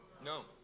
No